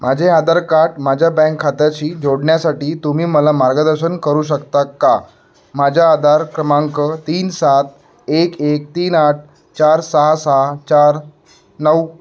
माझे आधार कार्ट माझ्या बँक खात्याशी जोडण्यासाठी तुम्ही मला मार्गदर्शन करू शकता का माझा आधार क्रमांक तीन सात एक एक तीन आठ चार सहा सहा चार नऊ